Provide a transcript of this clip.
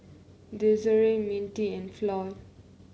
Desirae Mintie and Floy